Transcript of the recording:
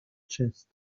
chest